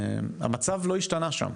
והמצב לא השתנה שם.